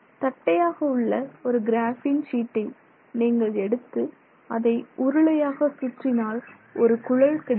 தட்டையாக உள்ள ஒரு கிராபின் ஷீட்டை நீங்கள் எடுத்து அதை உருளையாக சுற்றினால் ஒரு குழல் கிடைக்கும்